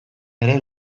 ere